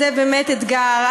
זה באמת אתגר.